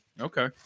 Okay